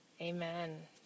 Amen